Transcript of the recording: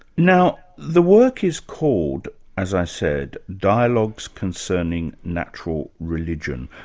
now the work is called as i said, dialogues concerning natural religion.